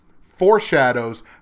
foreshadows